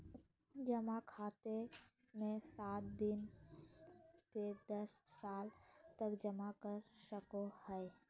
जमा खाते मे सात दिन से दस साल तक जमा कर सको हइ